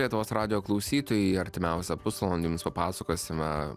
lietuvos radijo klausytojai artimiausią pusvalandį jums papasakosime